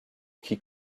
qui